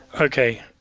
Okay